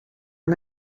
are